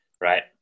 Right